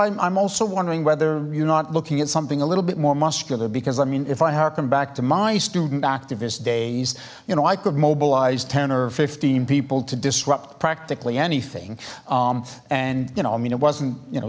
i'm also wondering whether you're not looking at something a little bit more muscular because i mean if i hire him back to my student activist days you know i could mobilize ten or fifteen people to disrupt practically anything and you know i mean it wasn't you know